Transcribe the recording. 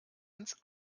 ins